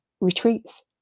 retreats